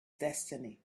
destiny